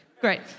Great